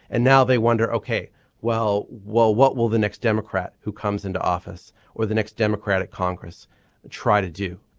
and now they wonder ok well well what will the next democrat who comes into office or the next democratic congress try to do